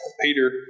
Peter